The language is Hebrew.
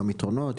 גם יתרונות,